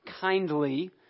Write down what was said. kindly